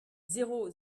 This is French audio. zéro